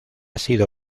sido